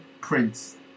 Prince